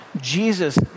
Jesus